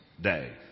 day